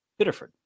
Bitterford